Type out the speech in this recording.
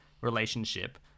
relationship